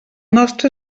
nostre